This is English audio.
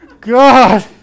God